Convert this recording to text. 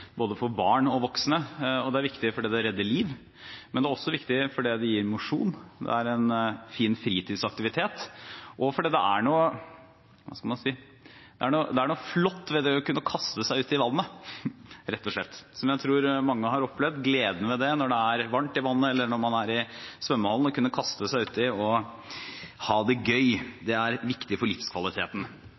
fordi det gir mosjon. Det er en fin fritidsaktivitet. Det er noe flott ved det å kunne kaste seg ut i vannet, rett og slett, som jeg tror mange har opplevd – gleden ved det når det er varmt i vannet, eller når man er i svømmehallen. Å kunne kaste seg uti og ha det gøy er viktig for livskvaliteten.